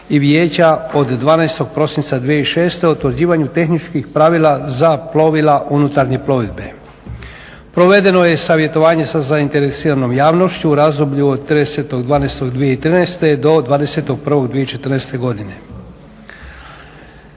i Vijeća od 12. prosinca 2006. o utvrđivanju tehničkih pravila za plovila unutarnje plovidbe. Provedeno je i savjetovanje sa zainteresiranom javnošću u razdoblju od 30.12.2013. do 20.01.2014. godine.